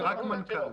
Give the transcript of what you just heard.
רק מנכ"ל.